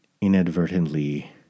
inadvertently